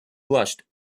blushed